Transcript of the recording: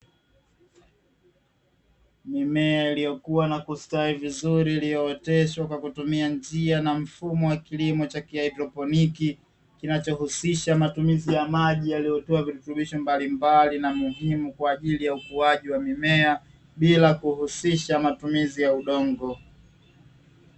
Mimea iliyokuwa na kustawi vizuri, iliyooteshwa kwa kutumia njia na mfumo wa kilimo cha kihaidroponi, kinachohusisha matumizi ya maji yaliyotiwa virutubisho mbalimbali na muhimu kwaajili ya ukuaji wa mimea bila kuhusisha matumizi ya udongo.